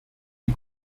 die